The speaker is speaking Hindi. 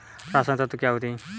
रसायनिक तत्व क्या होते हैं?